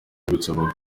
ndagusaba